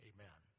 Amen